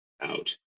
out